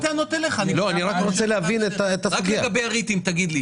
תגיד לי רק לגבי הריטים.